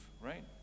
right